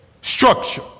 structure